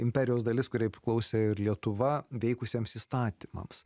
imperijos dalis kuriai priklausė ir lietuva veikusiems įstatymams